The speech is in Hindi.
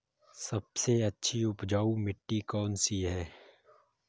सबसे अच्छी उपजाऊ मिट्टी कौन सी है?